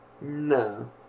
No